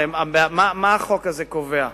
הרי מה החוק הזה קובע?